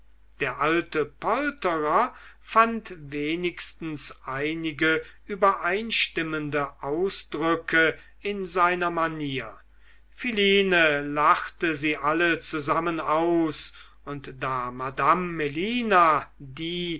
der alte polterer fand wenigstens einige übereinstimmende ausdrücke in seiner manier philine lachte sie alle zusammen aus und da madame melina die